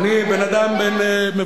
אני מוכן שנדחה את ההצבעה למועד אחר, בבקשה.